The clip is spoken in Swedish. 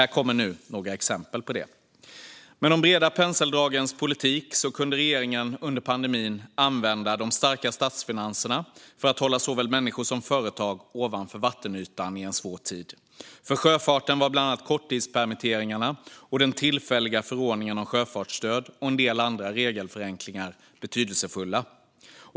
Här kommer nu några exempel. Med de breda penseldragens politik kunde regeringen under pandemin använda de starka statsfinanserna för att hålla såväl människor som företag ovanför vattenytan i en svår tid. För sjöfarten var bland annat korttidspermitteringarna och den tillfälliga förordningen om sjöfartsstöd och en del andra regelförenklingar betydelsefulla.